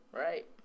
right